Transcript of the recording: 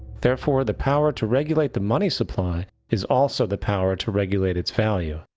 therefore the power to regulate the money supply is also the power to regulate its value,